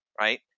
right